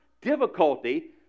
difficulty